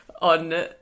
on